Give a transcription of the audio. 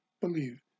believe